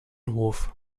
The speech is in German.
hof